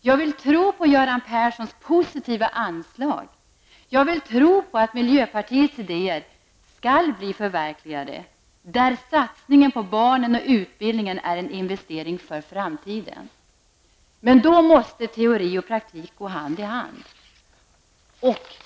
Jag vill tro på Göran Perssons positiva anslag. Jag vill tro på att miljöpartiets idéer, där satsningen på barnen och utbildningen är investeringar för framtiden, skall bli förverkligade. Men då måste teori och praktik gå hand i hand.